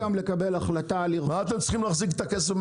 אנחנו יכולים גם לקבל החלטה ל --- מה אתם צריכים להחזיק את הכסף,